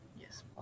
Yes